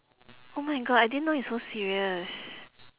oh my god I didn't know it's so serious